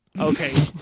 Okay